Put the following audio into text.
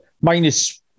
minus